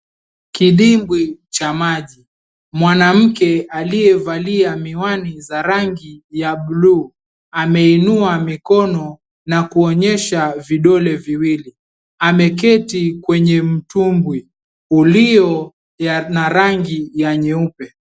Kidimbwi cha maji. Mwanamke aliyevaa miwani za rangi ya blue ameinua mikono na kuonyesha vidole viwili. Ameketi kwenye mtumbwi ulio na rangi ya nyeupe.